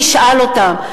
תשאל אותם,